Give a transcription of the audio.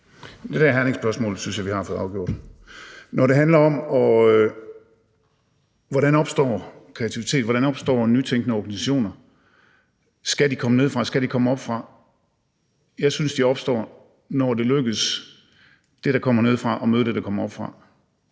Det der Herningspørgsmål synes jeg vi har fået afgjort. Når det handler om, hvordan kreativitet opstår, hvordan nytænkende organisationer opstår – skal de komme nedefra, eller skal de komme oppefra? – synes jeg, de opstår, når det lykkes det, der kommer nedefra, at møde det, der kommer oppefra.